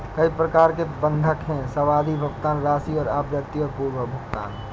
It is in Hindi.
कई प्रकार के बंधक हैं, सावधि, भुगतान राशि और आवृत्ति और पूर्व भुगतान